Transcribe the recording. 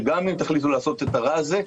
שגם אם תחליטו לעשות את הרע הזה,